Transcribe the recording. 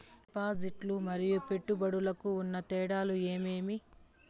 డిపాజిట్లు లు మరియు పెట్టుబడులకు ఉన్న తేడాలు ఏమేమీ?